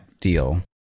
deal